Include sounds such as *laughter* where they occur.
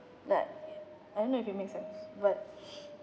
like I don't know if it make sense but *breath*